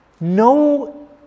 no